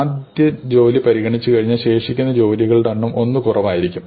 ആദ്യ ജോലി പരിഗണിച്ചു കഴിഞ്ഞാൽ ശേഷിക്കുന്ന ജോലികളുടെ എണ്ണം ഒന്ന് കുറവായിരിക്കും